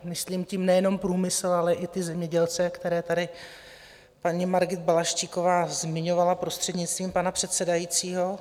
Myslím tím nejenom průmysl, ale i ty zemědělce, které tady paní Margit Balaštíková zmiňovala, prostřednictvím pana předsedajícího.